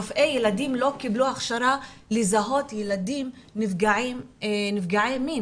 רופאי ילדים לא קיבלו הכשרה לזהות ילדים נפגעי מין.